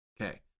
Okay